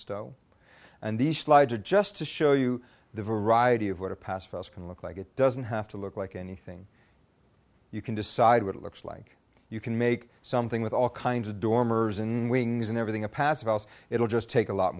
these slides are just to show you the variety of what passed for us can look like it doesn't have to look like anything you can decide what it looks like you can make something with all kinds of dormers and wings and everything a passive house it'll just take a lot